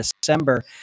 december